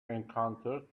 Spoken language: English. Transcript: encountered